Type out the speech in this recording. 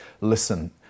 listen